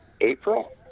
april